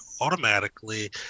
automatically